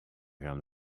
gaan